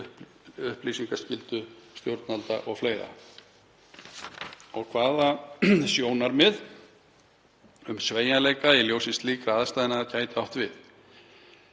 upplýsingaskyldu stjórnvalda o.fl. og hvaða sjónarmið um sveigjanleika í ljósi ólíkra aðstæðna gætu átt við.